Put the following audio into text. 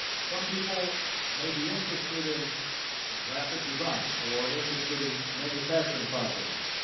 some people may be interested in graphic design, or interested in manufacturing processes,